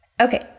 Okay